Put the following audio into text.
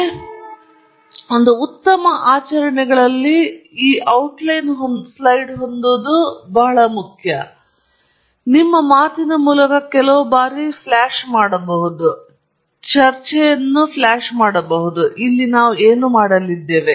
ಆದ್ದರಿಂದ ಹಾಗೆ ಮಾಡಲು ಉತ್ತಮ ಆಚರಣೆಗಳಲ್ಲಿ ಒಂದಾಗಿದೆ ಈ ಔಟ್ಲೈನ್ ಸ್ಲೈಡ್ ಹೊಂದಲು ಮತ್ತು ನಿಮ್ಮ ಮಾತಿನ ಮೂಲಕ ಕೆಲವು ಬಾರಿ ಫ್ಲ್ಯಾಷ್ ಮಾಡುವುದು ಇದರಿಂದಾಗಿ ನಿಮ್ಮ ಜನರು ಎಲ್ಲಿದ್ದೀರಿ ಎಂದು ಜನರಿಗೆ ಮತ್ತೊಮ್ಮೆ ನಿಮಗೆ ತಿಳಿಯಬಹುದು ಚರ್ಚೆ ಮತ್ತು ಆದ್ದರಿಂದ ನಾವು ಇಲ್ಲಿ ಏನು ಮಾಡಲಿದ್ದೇವೆ